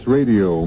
Radio